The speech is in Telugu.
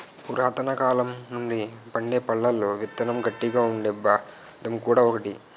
పురాతనకాలం నుండి పండే పళ్లలో విత్తనం గట్టిగా ఉండే బాదం కూడా ఒకటి